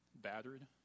battered